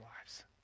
lives